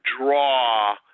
draw